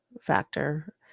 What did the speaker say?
factor